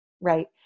Right